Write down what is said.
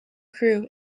crew